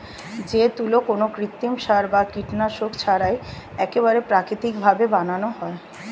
যে তুলো কোনো কৃত্রিম সার বা কীটনাশক ছাড়াই একেবারে প্রাকৃতিক ভাবে বানানো হয়